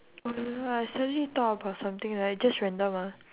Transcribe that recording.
oh ya I suddenly thought about something like just random ah